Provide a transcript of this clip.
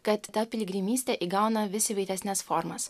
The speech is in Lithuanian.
kad ta piligrimystė įgauna vis įvairesnes formas